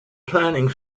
planning